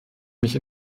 mich